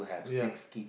ya